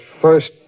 first